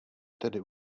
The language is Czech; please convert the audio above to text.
tedy